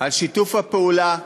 על שיתוף הפעולה,